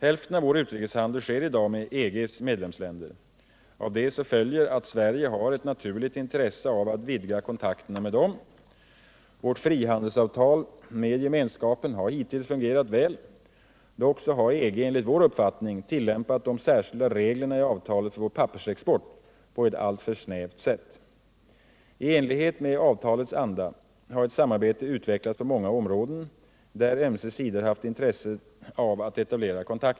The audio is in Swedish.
Hälften av vår utrikeshandel sker i dag med EG:s medlemsländer. Därav följer att Sverige har ett naturligt intresse av att vidga kontakterna med dem. Vårt frihandelsavtal med gemenskapen har hittills fungerat väl. Dock har EG enligt vår uppfattning tillämpat de särskilda reglerna i avtalet för vår pappersexport på ett alltför snävt sätt. I enlighet med avtalets anda har ett samarbete utvecklats på många områden, där ömse sidor haft intresse av att etablera kontakter.